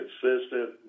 consistent